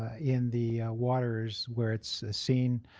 in the waters where it's seen.